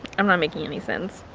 i'm not making any sense,